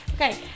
Okay